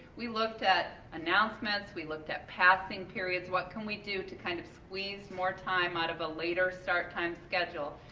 we looked at announcements, we looked at passing periods, what can we do to kind of squeeze more time out of a later start time schedule?